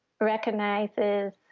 recognizes